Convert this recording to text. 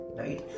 right